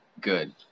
good